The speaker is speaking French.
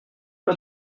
pas